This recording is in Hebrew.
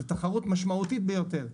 זו תחרות משמעותית ביותר.